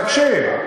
אדוני השר,